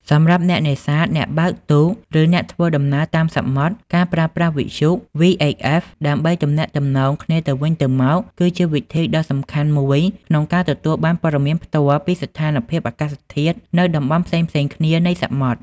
សម្រាប់អ្នកនេសាទ អ្នកបើកទូក ឬអ្នកធ្វើដំណើរតាមសមុទ្រ ការប្រើប្រាស់វិទ្យុ VHF ដើម្បីទំនាក់ទំនងគ្នាទៅវិញទៅមក គឺជាវិធីដ៏សំខាន់មួយក្នុងការទទួលបានព័ត៌មានផ្ទាល់ពីស្ថានភាពអាកាសធាតុនៅតំបន់ផ្សេងៗគ្នានៃសមុទ្រ។